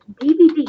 DVD